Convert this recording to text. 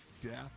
death